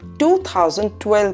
2012